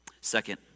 Second